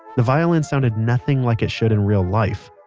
the violin sounded nothing like it should in real life.